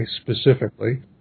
specifically